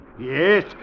Yes